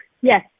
Yes